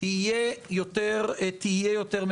תהיה יותר מבוססת.